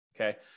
okay